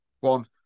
One